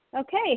Okay